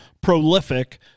prolific